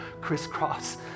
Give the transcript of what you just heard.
crisscross